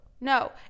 No